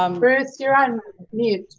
um ruth, you're on mute.